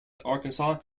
arkansas